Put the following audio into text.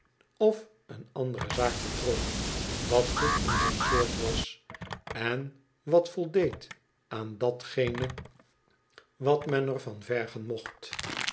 of een andere zaak betrof wat goed in zijn soort was en wat voldeed aan datgene wat men er van vergen mocht